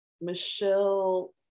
Michelle